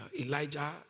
Elijah